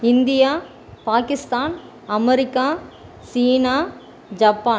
India Pakistan America China Japan